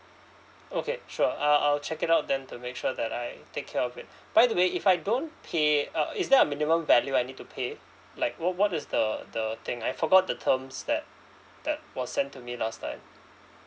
okay sure uh I'll check it out then to make sure that I take care of it by the way if I don't pay uh is there a minimum value I need to pay like what what is the the thing I forgot the terms that that was sent to me last time